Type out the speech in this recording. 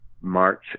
March